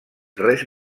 res